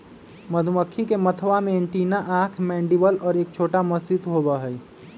मधुमक्खी के मथवा में एंटीना आंख मैंडीबल और एक छोटा मस्तिष्क होबा हई